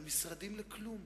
על משרדים לכלום.